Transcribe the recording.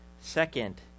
Second